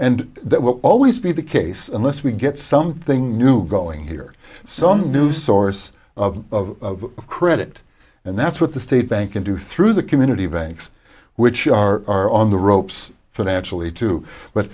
and that will always be the case unless we get something new going here some new source of credit and that's what the state bank can do through the community banks which are are on the ropes financially too but